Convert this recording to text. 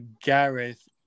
Gareth